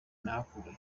nahakuye